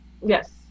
Yes